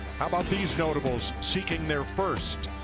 how about these notables, seeking their first